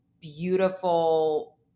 beautiful